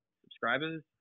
subscribers